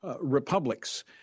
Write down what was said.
republics